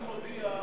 אני מודיע,